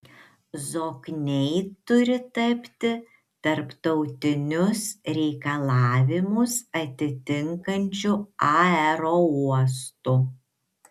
zokniai turi tapti tarptautinius reikalavimus atitinkančiu aerouostu